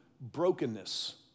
brokenness